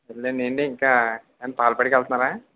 సర్లేండి ఏండి ఇంకా ఏం పాల ప్యాకెట్కెళ్తున్నారా